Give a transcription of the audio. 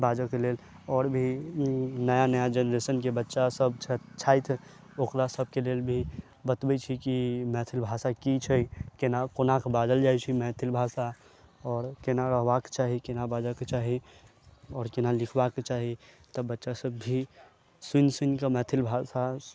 बाजऽ के लेल आओर भी नया नया जेनरेशनके बच्चा सब छथि ओकरा सबके लेल भी बतबै छी कि मैथिल भाषा की छै केना कोना कऽ बाजल जाइ छै मैथिल भाषा आओर केना रहबाक चाही केना बाजऽ के चाही आओर केना लिखबाके चाही तऽ बच्चा सब भी सुनि सुनि कऽ मैथिल भाषा